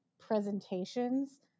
presentations